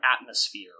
atmosphere